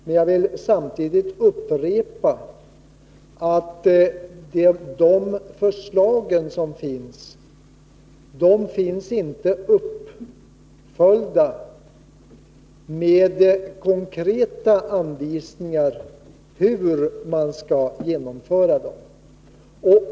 Men jag vill samtidigt upprepa att de förslag som finns inte har följts upp med konkreta anvisningar om hur de skall genomföras.